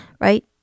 right